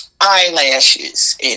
eyelashes